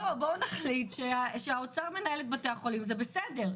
בואו נחליט שהאוצר מנהל את בתי החולים, זה בסדר.